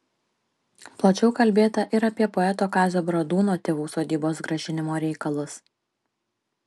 plačiau kalbėta ir apie poeto kazio bradūno tėvų sodybos grąžinimo reikalus